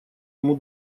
ему